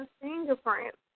fingerprints